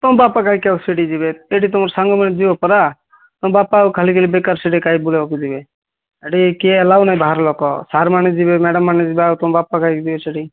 ତୁମ ବାପା କାହିଁକି ଆଉ ସେଇଠି ଯିବେ ସେଇଠି ତୁମ ସାଙ୍ଗମାନେ ଯିବେ ପରା ତୁମ ବାପା ଆଉ ଖାଲି ଖାଲି ବେକାର ସେଇଠି କାଇଁ ବୁଲିବାକୁ ଯିବେ ଏଇଠି କିଏ ଆଲାଓ ନାହିଁ ବାହାର ଲୋକ ସାର୍ ମାନେ ଯିବେ ମ୍ୟାଡ଼ମ୍ ମାନେ ଯିବେ ଆଉ ତୁମ ବାପା କାହିଁକି ଯିବେ ସେଇଠି